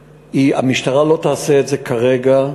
המשטרה לא תעשה את זה כרגע,